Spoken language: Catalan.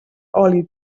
oli